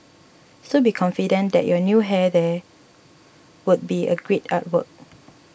so be confident that your new hair there would be a great artwork